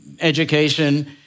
education